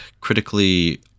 critically